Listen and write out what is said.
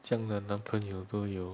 这样的男朋友都有